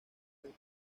del